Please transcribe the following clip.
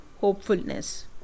hopefulness